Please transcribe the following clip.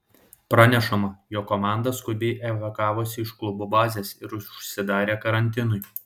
pranešama jog komanda skubiai evakavosi iš klubo bazės ir užsidarė karantinui